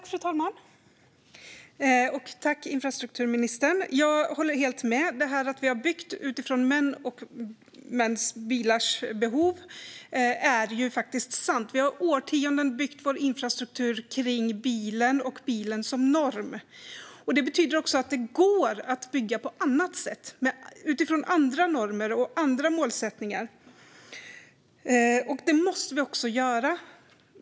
Fru talman! Jag håller helt med om detta att vi har byggt utifrån män och mäns bilar. Det är ju faktiskt sant. Vi har i årtionden byggt vår infrastruktur kring bilen och haft bilen som norm. Men det betyder att det går att bygga på annat sätt, utifrån andra normer och andra målsättningar. Det måste vi också göra.